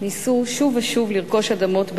ניסו שוב ושוב לרכוש אדמות באזור,